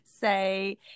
say